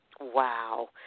Wow